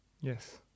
Yes